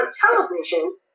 television